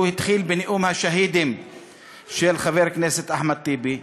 הוא התחיל בנאום השהידים של חבר הכנסת אחמד טיבי,